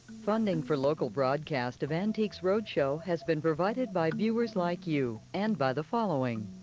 funding for local broadcast of antiques roadshow has been provided by viewers like you and by the following.